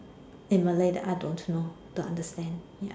in Malay that I don't know don't understand ya